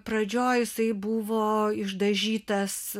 pradžioj jisai buvo išdažytas